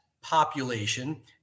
population